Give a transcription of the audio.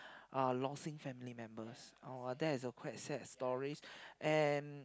uh losing family members oh that's a quite sad stories and